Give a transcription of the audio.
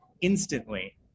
instantly